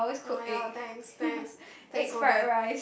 oh ya thanks thanks thanks for that